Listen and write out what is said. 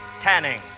tanning